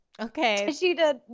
Okay